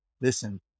listen